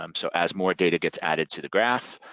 um so as more data gets added to the graph,